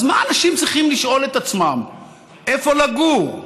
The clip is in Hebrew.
אז מה אנשים צריכים לשאול את עצמם איפה לגור.